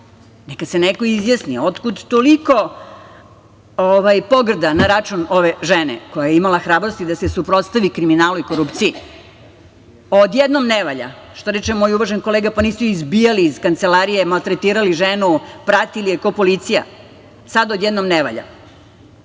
Neka se neko izjasni. Otkud toliko pogrda na račun ove žene koja je imala hrabrosti da se suprotstavi kriminalu i korupciji. Odjednom ne valja. Što reče moj uvaženi kolega, pa nisu izbijali iz kancelarije i maltretirali ženu, pratili je kao policija. Sad odjednom ne